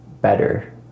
better